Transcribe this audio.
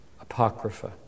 Apocrypha